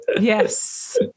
Yes